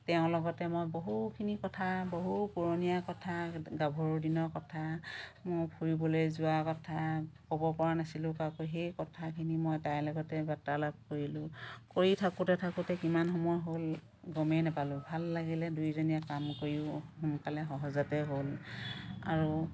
তেওঁৰ লগতে মই বহুখিনি কথা বহু পুৰণীয়া কথা গাভৰু দিনৰ কথা মোৰ ফুৰিবলৈ যোৱা কথা ক'ব পৰা নাছিলোঁ কাকো সেই কথাখিনি মই তাইৰ লগতেই বাৰ্তালাপ কৰিলোঁ কৰি থাকোঁতে থাকোঁতে কিমান সময় হ'ল গমেই নাপালোঁ ভাল লাগিলে দুয়োজনীয়ে কাম কৰিও সোনকালে সহজতে হ'ল আৰু